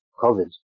COVID